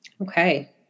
Okay